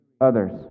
others